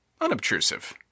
unobtrusive